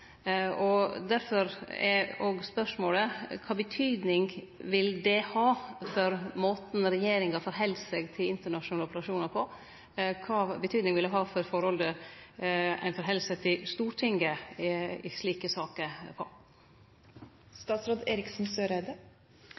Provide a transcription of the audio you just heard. Derfor er spørsmålet: Kva betyding vil det ha for måten regjeringa stiller seg til internasjonale operasjonar på? Kva betyding vil det ha for korleis ein møter Stortinget i slike saker?